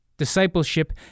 Discipleship